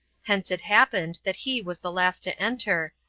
hence it happened that he was the last to enter,